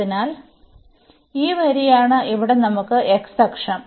അതിനാൽ ഈ വരിയാണ് ഇവിടെ നമുക്ക് x അക്ഷം